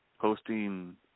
posting